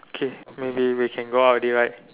okay maybe we can go out already right